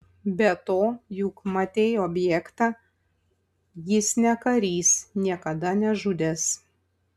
be to juk matei objektą jis ne karys niekada nežudęs